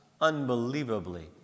unbelievably